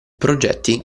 progetti